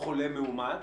חולה מאומת.